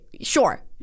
Sure